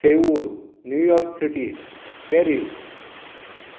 Seoul New York city Paris